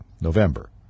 November